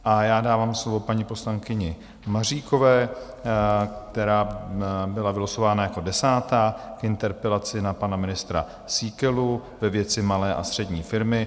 A já dávám slovo paní poslankyni Maříkové, která byla vylosována jako desátá, k interpelaci na pana ministra Síkelu ve věci Malé a střední firmy.